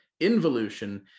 Involution